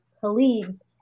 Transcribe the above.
colleagues